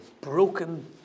broken